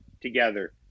together